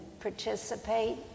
participate